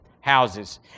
houses